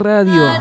Radio